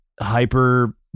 hyper